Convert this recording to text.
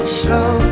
slow